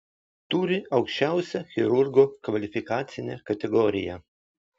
turi aukščiausią chirurgo kvalifikacinę kategoriją